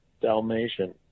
Dalmatian